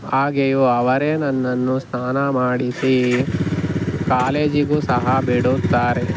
ಹಾಗೆಯೇ ಅವರೇ ನನ್ನನ್ನು ಸ್ನಾನ ಮಾಡಿಸಿ ಕಾಲೇಜಿಗೂ ಸಹ ಬಿಡುತ್ತಾರೆ